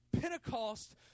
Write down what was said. Pentecost